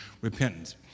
repentance